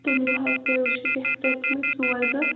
تُلِو حظ تیٚلہِ وُچھِو بہتر تَمے ترٛےٚ ژور دۅہ